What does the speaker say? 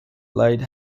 light